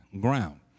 ground